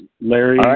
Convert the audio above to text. Larry